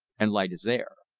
and light as air.